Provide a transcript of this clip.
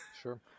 Sure